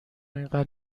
اینقدر